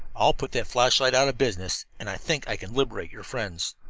i'll put that flashlight out of business, and i think i can liberate your friends.